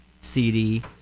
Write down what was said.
CD